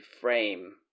frame